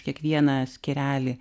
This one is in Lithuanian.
kiekvieną skyrelį